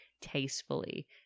tastefully